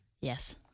Yes